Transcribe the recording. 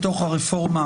אז בוא נסכים לפתרון.